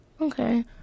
Okay